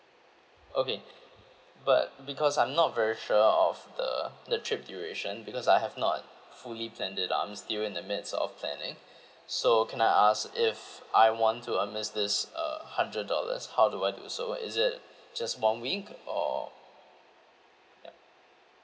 okay but because I'm not very sure of the the trip duration because I have not fully plan it I'm still in the midst of planning so can I ask if I want to amidst this uh hundred dollars how do I do so is it just one week or yup